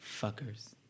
Fuckers